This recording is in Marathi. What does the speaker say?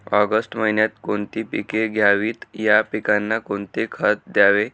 ऑगस्ट महिन्यात कोणती पिके घ्यावीत? या पिकांना कोणते खत द्यावे?